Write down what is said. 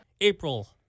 April